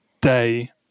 day